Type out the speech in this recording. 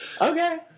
Okay